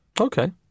Okay